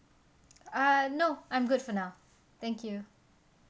uh no I'm good for now thank you